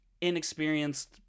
inexperienced